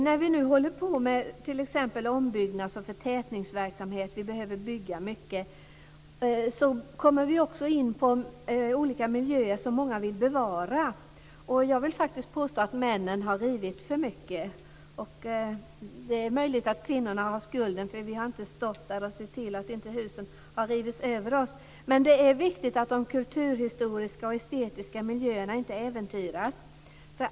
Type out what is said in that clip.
När vi nu håller på med t.ex. ombyggnads och förtätningsverksamhet, vi behöver bygga mycket, kommer vi också in på olika miljöer som många vill bevara. Jag vill faktiskt påstå att männen har rivit för mycket. Det är möjligt att kvinnorna också har skuld i detta, för vi har inte stått där och sett till att husen inte kunnat rivas. Det är viktigt att de kulturhistoriska och estetiska miljöerna inte äventyras.